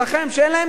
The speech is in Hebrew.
שאין להם דירות,